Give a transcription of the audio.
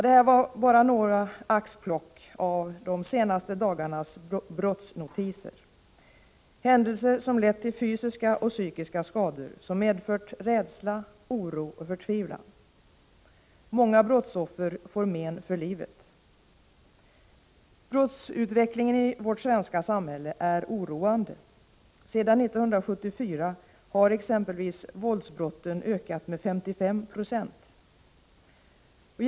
Det var bara några axplock av de senaste dagarnas brottsnotiser, händelser som lett till fysiska och psykiska skador, medfört rädsla, oro och förtvivlan. Många brottsoffer får men för livet. Brottsutvecklingen i vårt svenska samhälle är oroande. Sedan 1974 har exempelvis våldsbrotten ökat med 55 96.